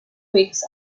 weeks